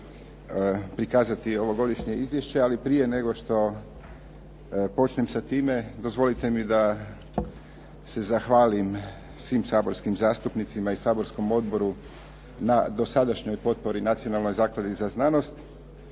prikazati ovogodišnje izvješće, ali prije nego što počnem sa time dozvolite mi da se zahvalim svim saborskim zastupnicima i saborskom odboru na dosadašnjoj potpori Nacionalnoj zakladi za znanost.